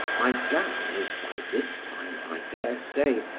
my gown is by this time, i dare say,